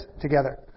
together